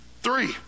Three